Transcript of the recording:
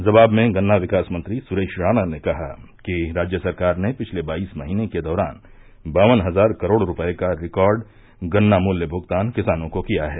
जवाब में गन्ना विकास मंत्री सुरेश राणा ने कहा कि राज्य सरकार ने पिछले बाईस महीने के दौरान बावन हज़ार करोड़ रूपये का रिकार्ड गन्ना मूल्य भुगतान किसानों को किया है